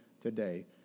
today